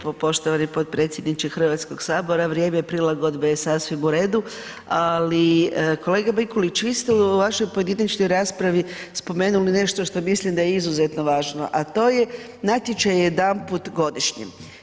Hvala lijepo poštovani potpredsjedniče Hrvatskog sabora, vrijeme prilagodbe je sasvim u redu, ali kolega Mikulić vi ste u vašoj pojedinačnoj raspravi spomenuli nešto što mislim da je izuzetno važno a to je natječaj jedanput godišnje.